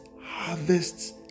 harvests